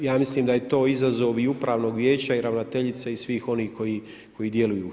I ja mislim da je to izazov i upravnog vijeća i ravnateljice i svih onih koji djeluju u HINA-i.